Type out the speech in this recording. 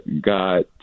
God